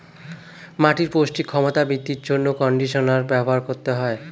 মাটির পৌষ্টিক ক্ষমতা বৃদ্ধির জন্য কন্ডিশনার ব্যবহার করতে হয়